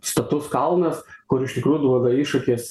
status kalnas kur iš tikrųjų duoda iššūkis